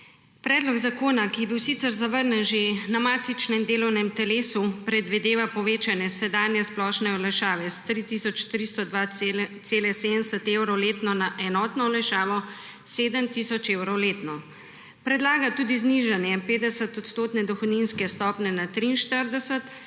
Predlog zakona, ki je bil sicer zavrnjen že na matičnem delovnem telesu, predvideva povečanje sedanje splošne olajšave s 3 tisoč 302,70 evra letno na enotno olajšavo 7 tisoč evrov letno. Predlaga tudi znižanje 50-odstotne dohodninske stopnje na